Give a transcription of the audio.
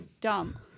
dumb